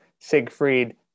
Siegfried